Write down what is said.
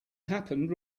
happened